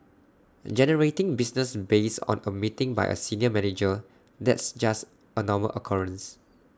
generating business based on A meeting by A senior manager that's just A normal occurrence